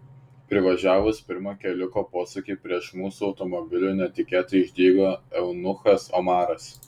privažiavus pirmą keliuko posūkį prieš mūsų automobilį netikėtai išdygo eunuchas omaras